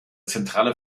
zentrale